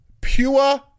pure